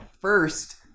First